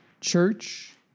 church